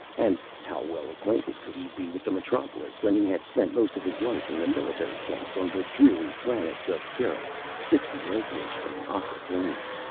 and how well acquainted could he be with the metropolis, when he had spent most of his life in the military camps on the dreary planets of kerak, sixty light-years from acquatainia?